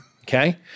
Okay